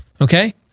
okay